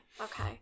Okay